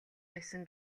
байсан